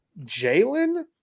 Jalen